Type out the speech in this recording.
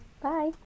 Bye